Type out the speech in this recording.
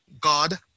God